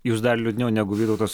jūs dar liūdniau negu vytautas